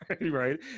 right